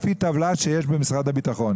לפי טבלה שיש במשרד הביטחון.